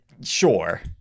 Sure